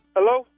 Hello